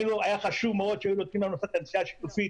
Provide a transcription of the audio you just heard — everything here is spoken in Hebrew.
היה חשוב מאוד שהיו נותנים לנו לעשות את הנסיעה השיתופית,